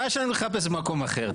מה יש לנו לחפש במקום אחר?